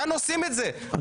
כאן עושים את זה בכנסת,